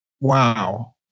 Wow